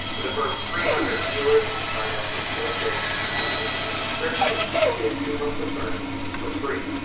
the first three hundred viewers who sign up for skillshare using the link in the description will get two months of learning for free.